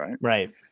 right